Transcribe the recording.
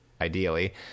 ideally